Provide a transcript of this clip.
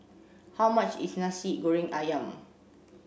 how much is Nasi Goreng Ayam